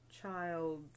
child